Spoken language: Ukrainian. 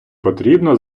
потрібно